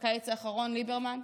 בקיץ האחרון, ליברמן,